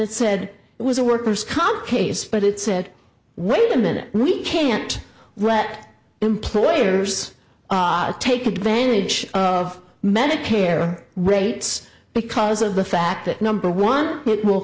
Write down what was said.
it said it was a worker's comp case but it said wait a minute we can't read that employers take advantage of medicare rates because of the fact that number one it will